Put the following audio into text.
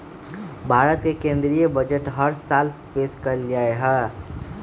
भारत के केन्द्रीय बजट हर साल पेश कइल जाहई